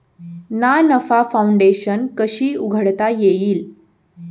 ना नफा फाउंडेशन कशी उघडता येईल?